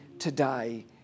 today